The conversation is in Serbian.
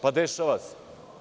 Pa dešava se.